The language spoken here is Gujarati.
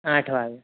આઠ વાગ્યે